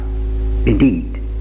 Indeed